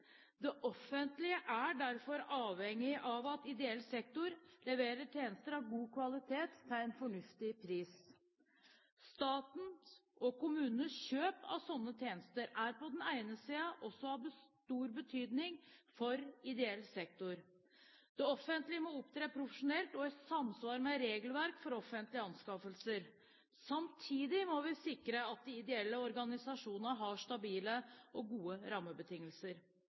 Det offentlige er derfor avhengig av at ideell sektor leverer tjenester av god kvalitet til en fornuftig pris. Statens og kommunenes kjøp av slike tjenester er på den annen side også av stor betydning for ideell sektor. Det offentlige må opptre profesjonelt og i samsvar med regelverket for offentlige anskaffelser. Samtidig må vi sikre at de ideelle organisasjonene har stabile og gode rammebetingelser.